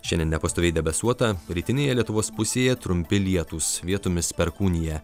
šiandien nepastoviai debesuota rytinėje lietuvos pusėje trumpi lietūs vietomis perkūnija